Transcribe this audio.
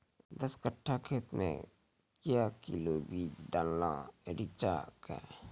दस कट्ठा खेत मे क्या किलोग्राम बीज डालने रिचा के?